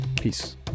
Peace